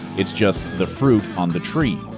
it's just the fruit on the tree.